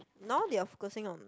now they are focusing on